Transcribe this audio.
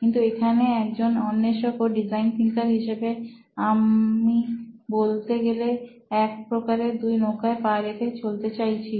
কিন্তু এখানে একজন অন্বেষক ও ডিজাইন থিঙ্কার হিসেবে আমরা বলতে গেলে এক প্রকারে দুটো নৌকায় পা রেখে চলতে চাইছি